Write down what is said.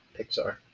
Pixar